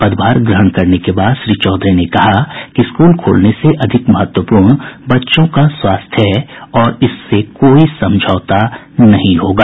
पदभार ग्रहण करने के बाद श्री चौधरी ने कहा कि स्कूल खोलने से अधिक महत्वपूर्ण बच्चों का स्वास्थ्य है और इससे कोई समझौता नहीं होगा